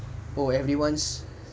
oh everyones